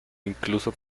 incluso